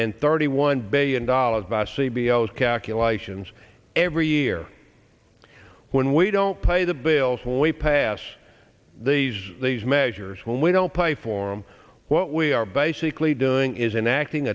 and thirty one billion dollars by c b s calculations every year when we don't pay the bills when we pass these these measures when we don't pay for him what we are basically doing is an acting